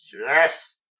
Yes